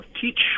teach